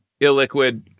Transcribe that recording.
illiquid